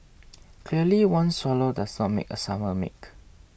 clearly one swallow does not make a summer make